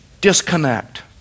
disconnect